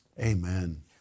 Amen